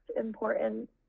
important